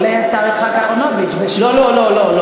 עולה השר יצחק אהרונוביץ בשם, לא, לא, לא.